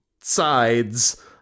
sides